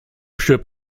ship